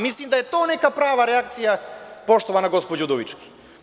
Mislim da je to neka prava reakcija, poštovana gospođo Udovički.